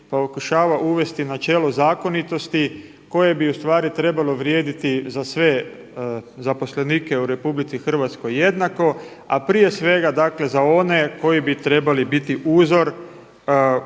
uvesti načelo zakonitosti koje bi trebalo vrijediti za sve zaposlenike u RH jednako, a prije svega za one koji bi trebali biti uzor